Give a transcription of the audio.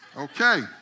Okay